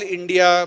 India